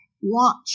watch